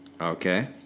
Okay